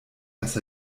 dass